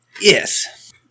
Yes